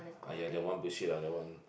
!aiya! that one bullshit lah that one